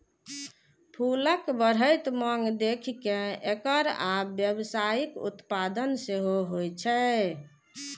फूलक बढ़ैत मांग देखि कें एकर आब व्यावसायिक उत्पादन सेहो होइ छै